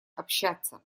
общаться